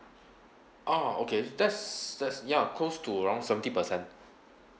oh okay that's that's ya close to around seventy percent